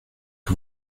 que